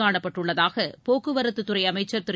காணப்பட்டுள்ளதாக போக்குவரத்துத் துறை அமைச்சர் திரு